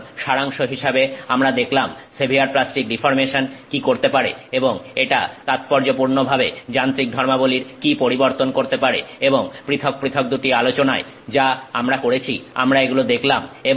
সুতরাং সারাংশ হিসাবে আমরা দেখলাম সেভিয়ার প্লাস্টিক ডিফর্মেশন কি করতে পারে এবং এটা তাৎপর্যপূর্ণভাবে যান্ত্রিক ধর্মাবলির কি পরিবর্তন করতে পারে এবং পৃথক পৃথক দুটি আলোচনায় যা আমরা করেছি আমরা এগুলো দেখলাম